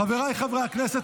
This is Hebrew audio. חבריי חברי הכנסת,